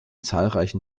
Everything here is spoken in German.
zahlreichen